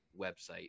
website